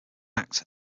act